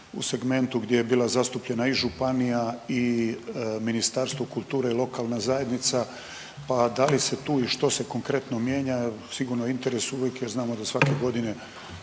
u segmentu gdje je bila zastupljena i županija i Ministarstvo kulture i lokalna zajednica pa da li se tu i što se konkretno mijenja jer sigurno je u interesu uvijek jer znamo da svake godine